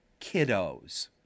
kiddos